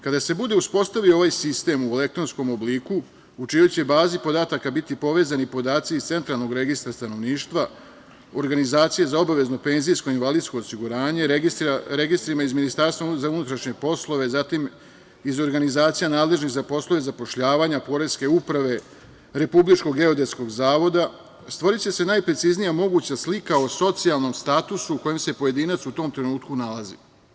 Kada se bude uspostavio ovaj sistem u elektronskom obliku, u čijoj će bazi podataka biti povezani podaci iz centralnog registra stanovništva, organizacije za obavezno penzijsko i invalidsko osiguranje, registrima iz MUP, iz organizacija nadležnih za poslove zapošljavanja, poreske uprave, Republičkog geodetskog zavoda, stvoriće se najpreciznija moguća slika o socijalnom statusu u kojem se pojedinac u tom trenutku nalazi.